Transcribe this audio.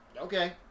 Okay